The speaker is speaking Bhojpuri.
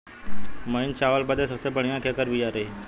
महीन चावल बदे सबसे बढ़िया केकर बिया रही?